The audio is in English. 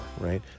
right